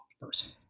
person